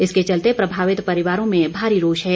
इसके चलते प्रभावित परिवारों में भारी रोष है